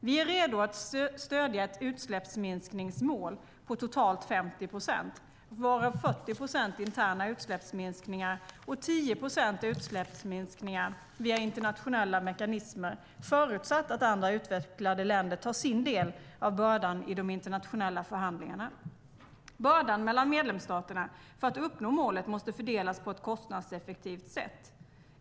Vi är redo att stödja ett utsläppsminskningsmål på totalt 50 procent, varav 40 procent är interna utsläppsminskningar och 10 procent är utsläppsminskningar via internationella mekanismer, förutsatt att andra utvecklade länder tar sin del av bördan i de internationella förhandlingarna. Bördan mellan medlemsstaterna för att uppnå målet måste fördelas på ett kostnadseffektivt sätt.